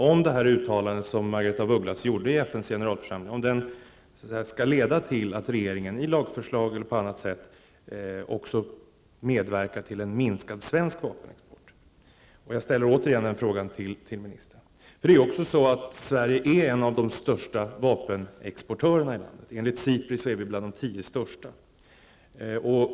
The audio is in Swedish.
Skall det uttalande som Margaretha af Ugglas gjorde i FNs generalförsamling skall leda till att regeringen i lagförslag eller på annat sätt medverkar till en minskad svensk vapenexport? Jag ställer återigen den frågan till ministern. Sverige är en av de största vapenexportörerna i världen. Enligt SIPRI är vi bland de tio största.